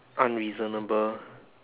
unreasonable